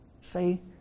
say